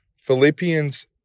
Philippians